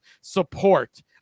support